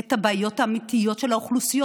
את הבעיות האמיתיות של האוכלוסיות